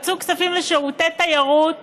מצאו כספים לשירותי תיירות